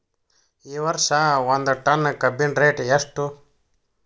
ಈ ವರ್ಷ ಒಂದ್ ಟನ್ ಕಬ್ಬಿನ ರೇಟ್ ಎಷ್ಟು?